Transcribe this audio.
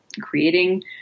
creating